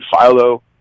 Philo